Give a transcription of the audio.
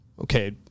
Okay